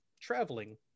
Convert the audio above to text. traveling